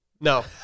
No